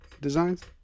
designs